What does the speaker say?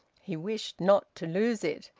he wished not to lose it,